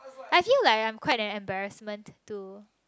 I feel like I'm quite an embarrassment to